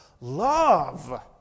love